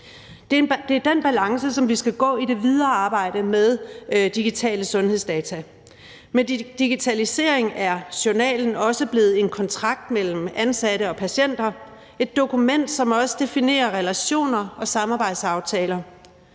Det er den balance, som vi skal have i det videre arbejde med digitale sundhedsdata. Med digitaliseringen er journalen også blevet en kontrakt mellem ansatte og patienter, et dokument, som også definerer relationer og samarbejdsaftaler.